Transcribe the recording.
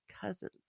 cousins